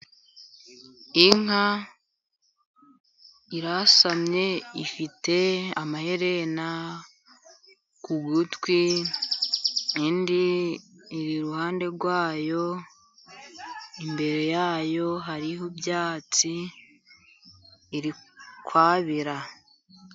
Inka irasamye, ifite amaherena ku gutwi ,indi iri ruhande rwayo imbere yayo hariho ibyatsi ,iri kwabira.